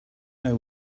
know